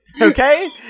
Okay